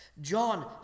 John